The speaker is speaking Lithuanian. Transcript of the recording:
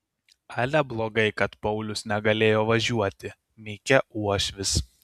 ale blogai kad paulius negalėjo važiuoti mykė uošvis